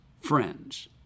friends